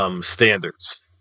standards